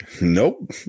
Nope